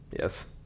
yes